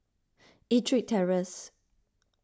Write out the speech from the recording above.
Ettrick Terrace